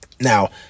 Now